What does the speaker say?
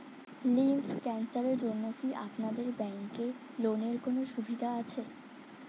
Lymph ক্যানসারের জন্য কি আপনাদের ব্যঙ্কে লোনের কোনও সুবিধা আছে?